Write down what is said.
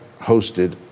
hosted